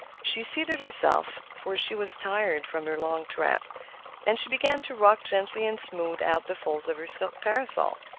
she seated herself, for she was tired from her long tramp and she began to rock gently and smooth out the folds of her silk parasol.